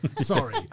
Sorry